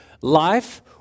life